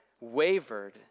wavered